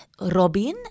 Robin